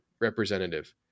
representative